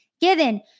given